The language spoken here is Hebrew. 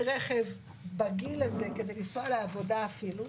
רכב בגיל הזה כדי לנסוע לעבודה אפילו,